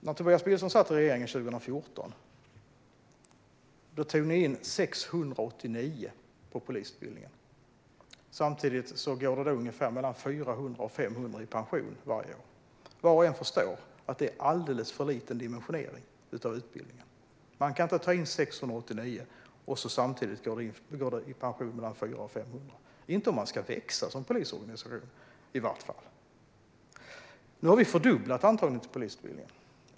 När Tobias Billström satt i regeringen 2014 tog ni in 689 på polisutbildningen. Samtidigt går det 400-500 i pension varje år. Var och en förstår att det är alldeles för liten dimensionering av utbildningen. Man kan inte ta in 689 när samtidigt 400-500 går i pension, i varje fall inte om polisorganisationen ska växa. Nu har vi fördubblat antagningen till polisutbildningen.